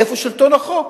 איפה שלטון החוק?